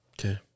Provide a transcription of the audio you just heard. Okay